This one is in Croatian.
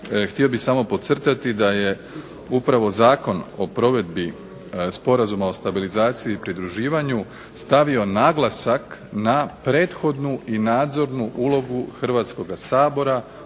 htio bih samo podcrtati da je upravo Zakon o provedbi Sporazuma o stabilizaciji i pridruživanju stavio naglasak na prethodnu i nadzornu ulogu Hrvatskoga sabora